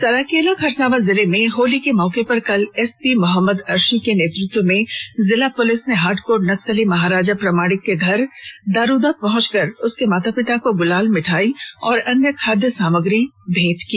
सरायकेला खरसावां जिले में होली के मौके पर कल एसपी मोहम्मद अर्शी के नेतृत्व में जिला पुलिस ने हार्डकोर नक्सली महाराजा प्रमाणिक के घर दारुदा पहुंचकर उसके माता पिता को गुलाल मिठाई और अन्य खाद्य सामग्री प्रदान की